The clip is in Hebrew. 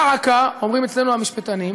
דא עקא, אומרים אצלנו המשפטנים,